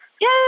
Yay